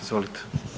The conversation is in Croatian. Izvolite.